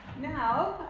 now,